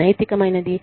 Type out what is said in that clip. అనైతికమైనది